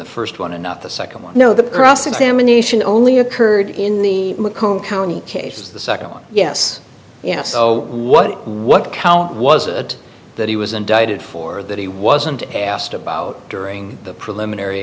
the first one and not the second one no the cross examination only occurred in the county case the second one yes you know so what what count was a that he was indicted for that he wasn't asked about during the preliminary